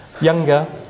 younger